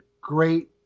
great